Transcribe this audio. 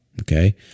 Okay